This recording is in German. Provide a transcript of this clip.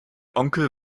onkel